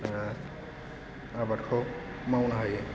आबादखौ मावनो हायो